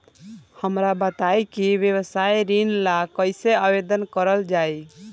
हमरा बताई कि व्यवसाय ऋण ला कइसे आवेदन करल जाई?